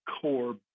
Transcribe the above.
core